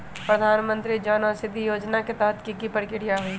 प्रधानमंत्री जन औषधि योजना के तहत की की प्रक्रिया होई?